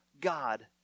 God